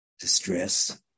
distress